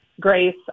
Grace